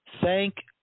Thank